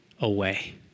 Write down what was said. away